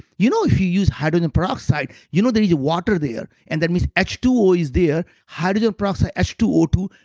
you know if you use hydrogen peroxide, you know there is water there, and that means h two o is there hydrogen peroxide h two o two,